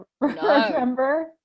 remember